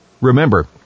remember